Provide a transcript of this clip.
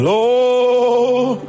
Lord